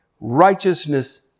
righteousness